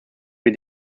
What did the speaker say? wir